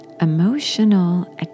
emotional